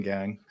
Gang